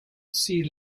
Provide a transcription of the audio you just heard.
sea